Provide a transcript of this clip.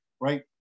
right